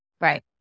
Right